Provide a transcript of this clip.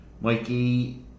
Mikey